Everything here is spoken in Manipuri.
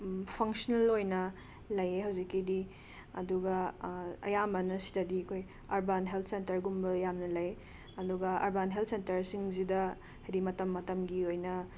ꯐꯪꯁꯅꯦꯜ ꯑꯣꯏꯅ ꯂꯩꯌꯦ ꯍꯧꯖꯤꯛꯀꯤꯗꯤ ꯑꯗꯨꯒ ꯑꯌꯥꯝꯕꯅ ꯁꯤꯗꯗꯤ ꯑꯩꯈꯣꯏ ꯑꯔꯕꯥꯟ ꯍꯦꯜꯠ ꯁꯦꯟꯇꯔꯒꯨꯝꯕ ꯌꯥꯝꯅ ꯂꯩ ꯑꯗꯨꯒ ꯑꯔꯕꯥꯟ ꯍꯦꯜꯠ ꯁꯦꯟꯇꯔꯁꯤꯡꯁꯤꯗ ꯍꯥꯏꯗꯤ ꯃꯇꯝ ꯃꯇꯝꯒꯤ ꯑꯣꯏꯅ